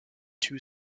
two